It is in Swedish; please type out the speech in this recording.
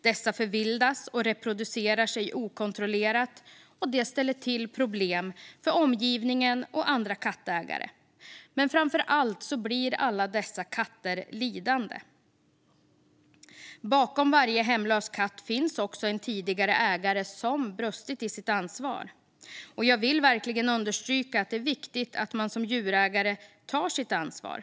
Dessa förvildas och reproducerar sig okontrollerat, och det ställer till problem för omgivningen och andra kattägare. Men framför allt blir alla dessa katter själva lidande. Bakom varje hemlös katt finns en tidigare ägare som brustit i sitt ansvar. Och jag vill verkligen understryka att det är viktigt att man som djurägare tar sitt ansvar.